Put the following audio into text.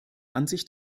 ansicht